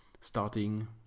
starting